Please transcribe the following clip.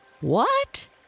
What